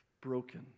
broken